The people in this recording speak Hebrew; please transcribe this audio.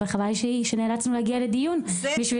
אבל חבל לי שנאלצנו להגיע לדיון בשביל